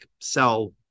sell